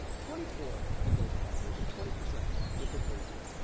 twenty four of those calories, or twenty percent will hit the liver.